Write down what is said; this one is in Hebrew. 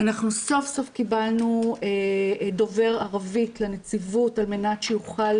אנחנו סוף סוף קיבלנו דובר ערבית לנציבות על מנת שיוכל